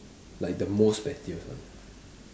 like the most pettiest one